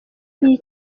iyi